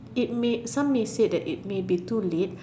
it may some may say that it may be too late